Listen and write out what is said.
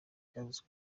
ibyavuzwe